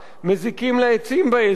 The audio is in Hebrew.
מזיקים לעצים באזור.